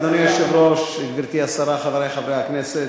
אדוני היושב-ראש, גברתי השרה, חברי חברי הכנסת,